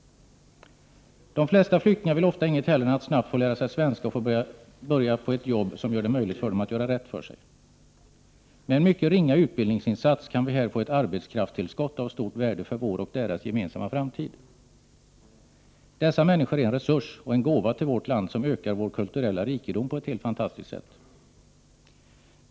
2 februari 1989 De flesta flyktingar vill ofta inget hellre än att snabbt få lära sig svenska och Allmänpolitisk debatt att få börja på ett jobb som gör det möjligt för dem att göra rätt för sig. Med en mycket ringa utbildningsinsats kan vi här få ett arbetskrafttillskott av stort värde för vår och deras gemensamma framtid. Flyktingpolitiken Dessa människor är en resurs och en gåva till vårt land, som ökar vår kulturella rikedom på ett helt fantastiskt sätt.